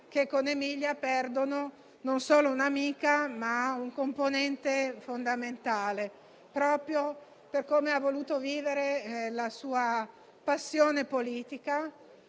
che con Emilia perdono non solo un'amica, ma un componente fondamentale, per come ha voluto vivere la sua passione politica,